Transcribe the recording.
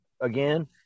again